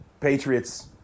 Patriots